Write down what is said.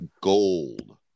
gold